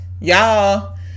y'all